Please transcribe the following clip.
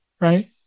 right